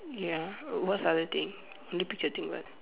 ya what's other thing in the picture thing what